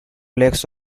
lakes